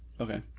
Okay